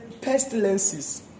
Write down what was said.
pestilences